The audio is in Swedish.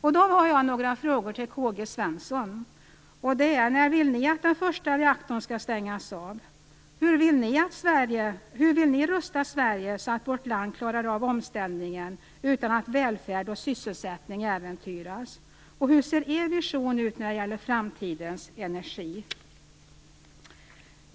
Jag har några frågor till Karl-Gösta Svenson. När vill ni att den första reaktorn skall stängas av? Hur vill ni rusta Sverige, så att vårt land klarar av omställningen utan att välfärd och sysselsättning äventyras? Hur ser er vision ut när det gäller framtidens energi?